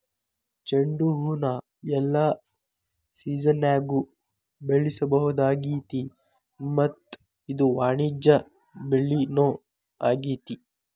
ಚಂಡುಹೂನ ಎಲ್ಲಾ ಸಿಜನ್ಯಾಗು ಬೆಳಿಸಬಹುದಾಗೇತಿ ಮತ್ತ ಇದು ವಾಣಿಜ್ಯ ಬೆಳಿನೂ ಆಗೇತಿ